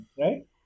right